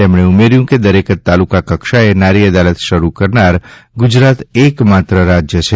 તેમણે ઉમેર્યું કે દરેક તાલુકાકક્ષાએ નારી અદાલત શરૂ કરનાર ગુજરાત એકમાત્ર રાજ્ય છે